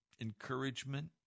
encouragement